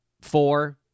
Four